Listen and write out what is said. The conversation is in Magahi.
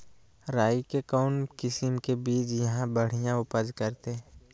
राई के कौन किसिम के बिज यहा बड़िया उपज करते?